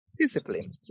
discipline